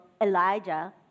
Elijah